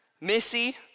missy